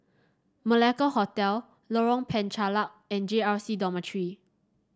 Malacca Hotel Lorong Penchalak and J R C Dormitory